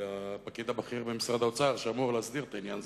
לפקיד הבכיר ממשרד האוצר שאמור להסדיר את העניין הזה.